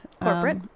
Corporate